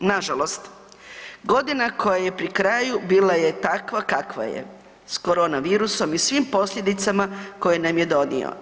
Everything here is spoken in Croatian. Nažalost godina koja je pri kraju bila je takva kakva je, s koronavirusom i svim posljedicama koje nam je donio.